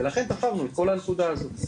ולכן תפרנו את הנקודה הזאת.